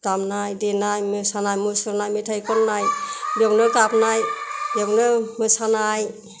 दामनाय देनाय मोसानाय मुसुरनाय मेथाय खननाय बेयावनो गाबनाय बेयावनो मोसानाय